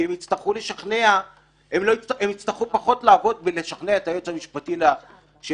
כי הם יצטרכו פחות לעבוד בלשכנע את היועץ המשפטי הרלוונטי,